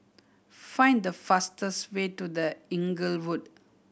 find the fastest way to The Inglewood